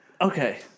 Okay